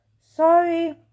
Sorry